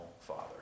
Father